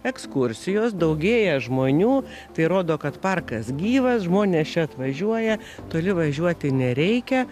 ekskursijos daugėja žmonių tai rodo kad parkas gyvas žmonės čia atvažiuoja toli važiuoti nereikia